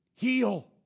Heal